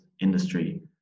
industry